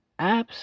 apps